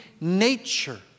nature